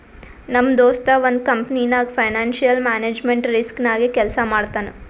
ನಮ್ ದೋಸ್ತ ಒಂದ್ ಕಂಪನಿನಾಗ್ ಫೈನಾನ್ಸಿಯಲ್ ಮ್ಯಾನೇಜ್ಮೆಂಟ್ ರಿಸ್ಕ್ ನಾಗೆ ಕೆಲ್ಸಾ ಮಾಡ್ತಾನ್